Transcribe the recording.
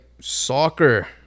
soccer